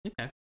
Okay